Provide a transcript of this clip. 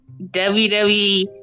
WWE